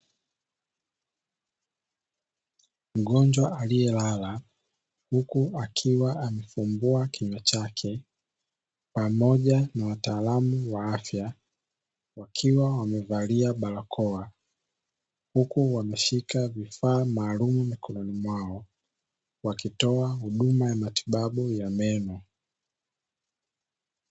Mgonjwa aliyelala huku akiwa amefungua kinywa chake pamoja na wataalam wa afya wakiwa wamevalia barakoa huku wameshika vifaa maalumu mikononi mwao wakitoa huduma ya matibanu ya meno.